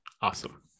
awesome